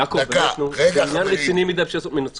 יעקב, זה עניין רציני מדי בשביל לעשות ממנו צחוק.